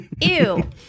ew